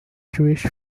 jewish